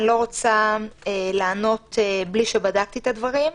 אני לא רוצה לענות בלי שבדקתי את הדברים.